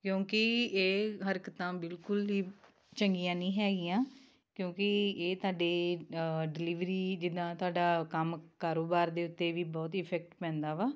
ਕਿਉਂਕਿ ਇਹ ਹਰਕਤਾਂ ਬਿਲਕੁਲ ਹੀ ਚੰਗੀਆਂ ਨਹੀਂ ਹੈਗੀਆਂ ਕਿਉਂਕਿ ਇਹ ਤੁਹਾਡੇ ਡਿਲੀਵਰੀ ਜਿੱਦਾਂ ਤੁਹਾਡਾ ਕੰਮ ਕਾਰੋਬਾਰ ਦੇ ਉੱਤੇ ਵੀ ਬਹੁਤ ਹੀ ਇਫੈਕਟ ਪੈਂਦਾ ਵਾ